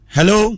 Hello